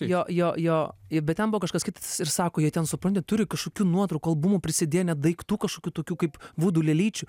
jo jo jo i bet ten buvo kažkas kitas ir sako jie ten supranti turi kažkokių nuotraukų albumų prisidėję net daiktų kažkokių tokių kaip vudu lėlyčių